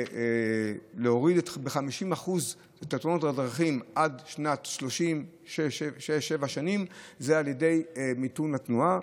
להוריד ל-50% את תאונות הדרכים עד שנות השלושים על ידי מיתון התנועה,